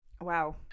Wow